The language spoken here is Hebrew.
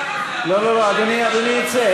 לא, לא, אדוני יֵצא.